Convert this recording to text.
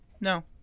No